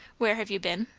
where have you been?